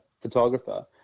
photographer